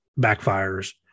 backfires